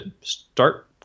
start